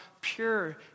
pure